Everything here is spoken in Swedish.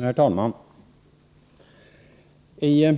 Herr talman! I